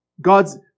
God's